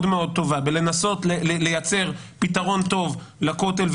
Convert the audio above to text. מאוד טובה בלנסות לייצר פתרון טוב לכותל,